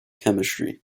chemistry